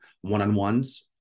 one-on-ones